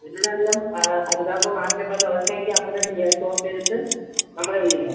പിന്നധികം അരുതാത്ത മാറ്റം വല്ലതും ഉണ്ടെങ്കിൽ അപ്പോൾ തന്നെ ഗ്യാസ് ഓഫ് ചെയ്തിട്ട് നമ്മളെ വിളിക്കണം